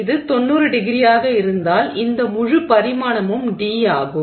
எனவே இது 90º ஆக இருந்தால் இந்த முழு பரிமாணமும் d ஆகும்